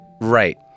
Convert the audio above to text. Right